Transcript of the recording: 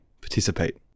Participate